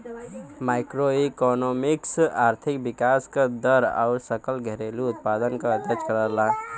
macroeconomics आर्थिक विकास क दर आउर सकल घरेलू उत्पाद क अध्ययन करला